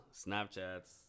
Snapchats